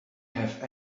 have